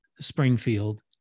Springfield